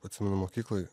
atsimenu mokykloj